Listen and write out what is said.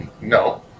No